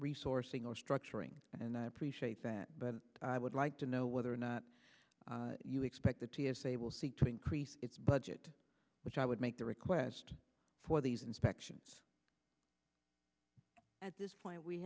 resourcing or structuring and i appreciate that but i would like to know whether or not you expect the t s a will seek to increase its budget which i would make the request for these inspections at this point we